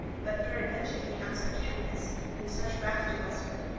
but peradventure he hath such heaviness and such wrath to usward,